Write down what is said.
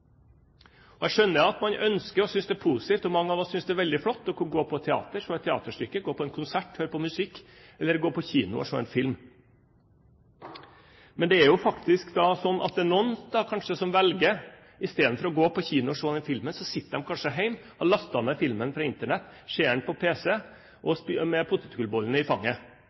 Jeg skjønner at man ønsker og synes det er positivt – og mange av oss synes det er veldig flott – å kunne gå på teater og se et teaterstykke, gå på en konsert og høre på musikk, eller gå på kino og se en film. Men det er jo faktisk sånn at det er noen som velger, istedenfor å gå på kino og se filmen, å sitte hjemme og har lastet ned filmen fra Internett og ser den på pc med «pottitgull»-bollen i